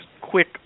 quick